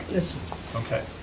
yes okay.